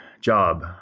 job